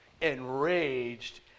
enraged